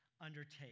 undertake